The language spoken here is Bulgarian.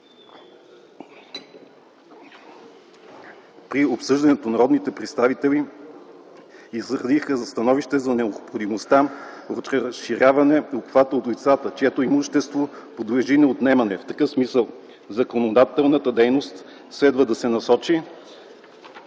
При обсъждането народните представители изразиха становище за необходимостта от разширяване обхвата на лицата, чието имущество подлежи на отнемане в какъвто смисъл законодателната дейност следва да се насочи.